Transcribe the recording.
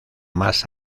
más